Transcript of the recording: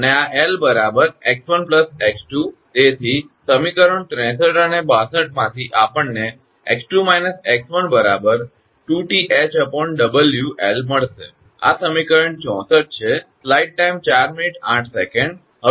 તેથી સમીકરણો 63 અને 62 માંથી આપણને 𝑥2 − 𝑥1 2𝑇ℎ 𝑊𝐿 મળે છે આ સમીકરણ 64 છે